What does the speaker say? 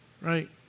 Right